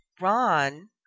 Ron